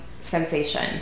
sensation